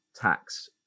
tax